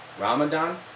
Ramadan